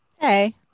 Hey